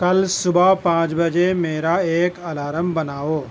کل صبح پانچ بجے میرا ایک الارم بناؤ